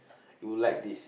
you would like this